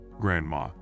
Grandma